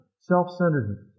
Self-centeredness